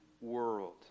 world